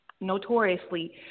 notoriously